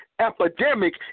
epidemic